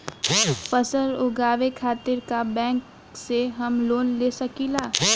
फसल उगावे खतिर का बैंक से हम लोन ले सकीला?